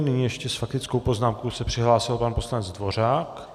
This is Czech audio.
Nyní ještě s faktickou poznámkou se přihlásil pan poslanec Dvořák.